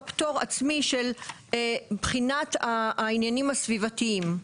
פטור עצמי של בחינת העניינים הסביבתיים,